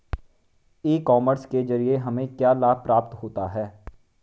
ई commerce के ज़रिए हमें क्या क्या लाभ प्राप्त होता है?